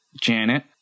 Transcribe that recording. janet